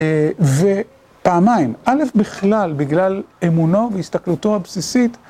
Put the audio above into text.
ופעמיים, א' בכלל בגלל אמונו והסתכלותו הבסיסית